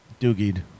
Doogie'd